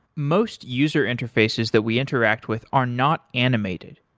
most user interfaces that we interact with are not animated.